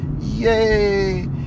yay